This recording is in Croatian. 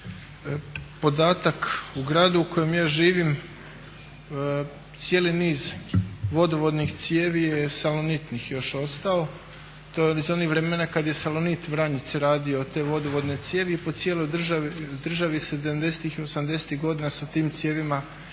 podatak u gradu u kojem ja živim cijeli niz vodovodnih cijevi je salonitnih još ostao. To je iz onih vremena kad je Salonit Vranjic radio te vodovodne cijevi i po cijeloj državi '70-ih i '80-ih godina su tim cijevima rađene